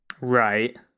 Right